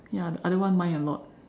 ya the other one mind a lot